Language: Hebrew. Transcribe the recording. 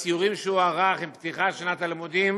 בסיורים שהוא ערך עם פתיחת שנת הלימודים,